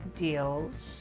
deals